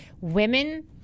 Women